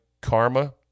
karma